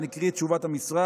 אני אקרא את תשובת המשרד: